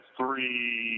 three